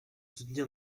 soutenir